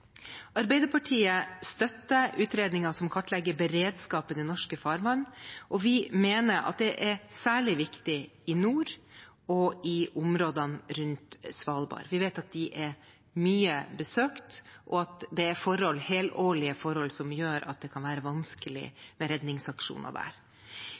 Arbeiderpartiet støtter en utredning som skal kartlegge beredskapen i norske farvann, og vi mener at det er særlig viktig i nord og i områdene rundt Svalbard. Vi vet at de er mye besøkt, og at det er helårige forhold som gjør at det kan være vanskelig med redningsaksjoner der.